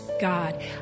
God